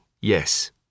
yes